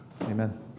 Amen